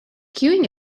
queuing